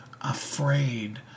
afraid